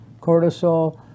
cortisol